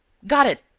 got it.